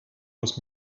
muss